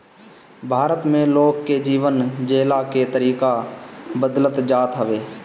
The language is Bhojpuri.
भारत में लोग के जीवन जियला के तरीका बदलत जात हवे